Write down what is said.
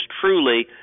truly